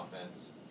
offense